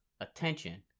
attention